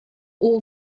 all